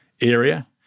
area